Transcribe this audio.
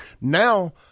Now